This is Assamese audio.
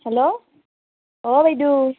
হেল্ল' অঁ বাইদেউ